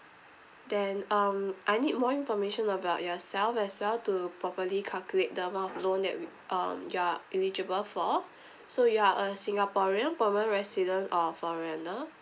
then um I need more information about yourself as well to properly calculate the amount of loan that we um you're eligible for so you are a singaporean permanent resident or foreigner